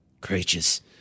Creatures